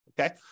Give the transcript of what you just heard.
okay